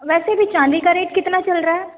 वैसे अभी चाँदी का रेट कितना चल रहा है